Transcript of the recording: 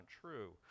true